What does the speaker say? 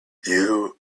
you